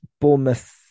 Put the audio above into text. Bournemouth